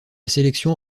sélection